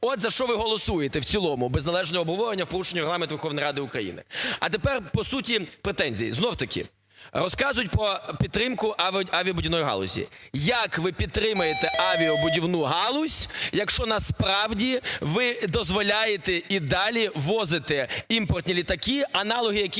От, за що ви голосуєте в цілому без належного обговорення, порушуєте Регламент Верховної Ради України. А тепер по суті претензій. Знов-таки розказують про підтримку авіабудівної галузі. Як ви підтримаєте авіабудівну галузь, якщо насправді ви дозволяєте і далі ввозити імпортні літаки, аналоги яких